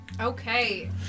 Okay